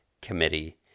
committee